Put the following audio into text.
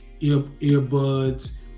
earbuds